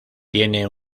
tiene